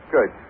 Good